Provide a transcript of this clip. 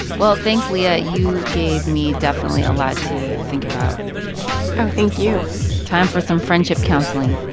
well, thanks, leah. you gave me definitely a lot to think about oh, thank you time for some friendship counseling